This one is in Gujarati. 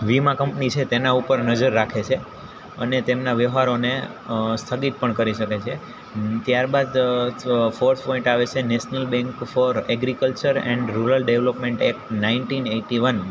વીમા કંપની છે તેના ઉપર નજર રાખે છે અને તેમના વ્યવહારોને સ્થગિત પણ કરી શકે છે ત્યાર બાદ અથવા ફોર્થ પોઈન્ટ આવે છે national bank for agriculture and rural development act nineteen eighty one